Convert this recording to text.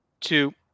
two